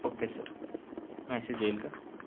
okay sir message येईल का